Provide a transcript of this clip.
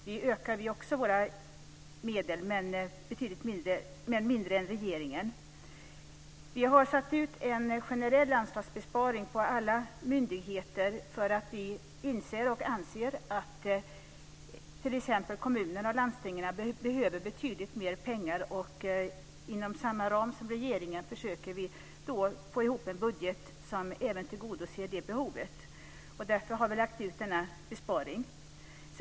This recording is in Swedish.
Vi ökar också våra medel, men med betydligt mindre än regeringen. Vi har lagt ut en generell anslagsbesparing på alla myndigheter för att vi inser och anser att t.ex. kommunerna och landstingen behöver betydligt mer pengar, och inom samma ram som regeringen försöker vi få ihop en budget som även tillgodoser det behovet. Därför har vi lagt ut denna besparing.